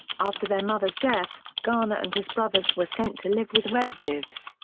after their mother's death, garner and his brothers were sent to live with relatives.